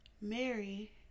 Mary